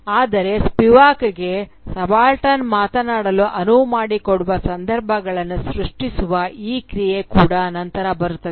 ಆದರೆ ಸ್ಪಿವಾಕ್ಗೆ ಸಬಾಲ್ಟರ್ನ್ ಮಾತನಾಡಲು ಅನುವು ಮಾಡಿಕೊಡುವ ಸಂದರ್ಭಗಳನ್ನು ಸೃಷ್ಟಿಸುವ ಈ ಕ್ರಿಯೆ ಕೂಡ ನಂತರ ಬರುತ್ತದೆ